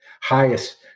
highest